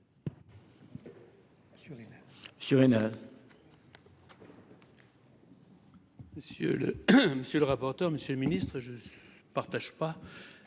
Monsieur le rapporteur général, monsieur le ministre, je ne partage pas